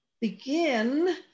begin